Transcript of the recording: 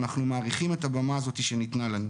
ואנחנו מעריכים את הבמה הזאת שניתנה לנו.